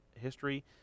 history